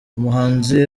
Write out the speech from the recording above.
umuhanzi